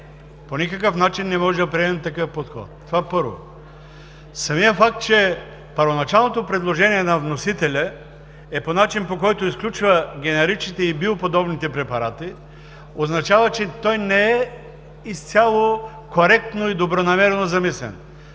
По никакъв начин не може да приемем такъв подход. Това – първо. Самият факт, че първоначалното предложение на вносителя е по начин, по който изключва генеричните и биоподобните препарати, означава, че той не е изцяло коректно и добронамерено замислен,